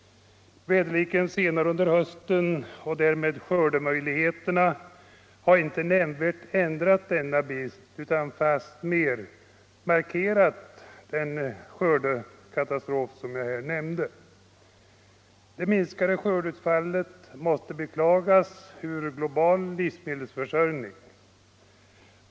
Väderleken senare under hösten och därmed skördemöjligheterna har inte nämnvärt ändrat denna bild utan fastmer markerat skördekatastrofen. Det minskade skördeutfallet måste beklagas med tanke på global livsmedelsförsörjning.